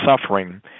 suffering